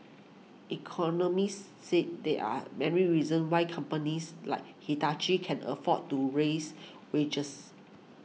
economists say there are many reasons why companies like Hitachi can afford to raise wages